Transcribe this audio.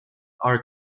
are